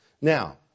now